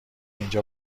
اینجا